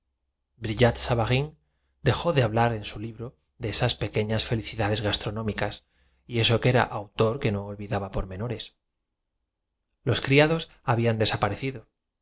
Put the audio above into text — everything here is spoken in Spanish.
tejó de hablar en su libro de esas pequeñas felicidades gastronómicas oh me respondió la dama estaría más y eso que era autor que no olvidaba pormenores los criados habían